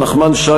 נחמן שי,